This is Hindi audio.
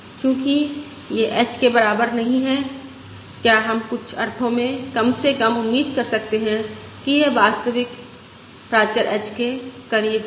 चूंकि यह h के बराबर नहीं है क्या हम कुछ अर्थों में कम से कम उम्मीद कर सकते हैं कि यह वास्तविक प्राचर h के करीब है